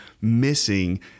missing